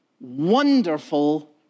wonderful